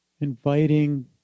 inviting